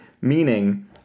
Meaning